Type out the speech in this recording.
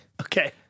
Okay